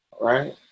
Right